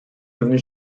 devenu